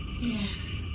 Yes